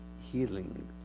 healing